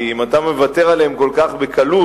כי אם אתה מוותר עליו כל כך בקלות,